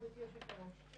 גברתי היושבת-ראש,